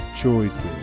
choices